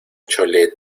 chole